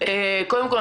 קודם כול,